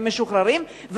משוחררים,